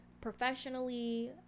professionally